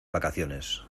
vacaciones